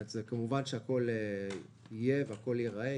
כמובן שהכול יהיה וייראה.